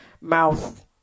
mouth